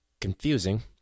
Confusing